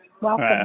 Welcome